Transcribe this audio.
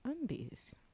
undies